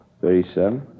thirty-seven